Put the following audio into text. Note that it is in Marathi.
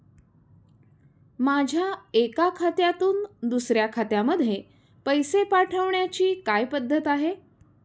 माझ्या एका खात्यातून दुसऱ्या खात्यामध्ये पैसे पाठवण्याची काय पद्धत आहे?